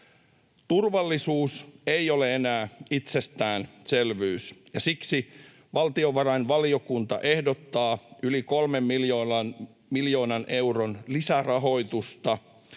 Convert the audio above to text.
Turvallisuus ei ole enää itsestäänselvyys, ja siksi valtiovarainvaliokunta ehdottaa yli kolmen miljoonan euron lisärahoitusta